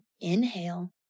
inhale